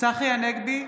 צחי הנגבי,